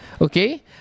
Okay